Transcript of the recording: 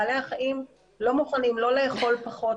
בעלי החיים לא מוכנים לא לאכול פחות,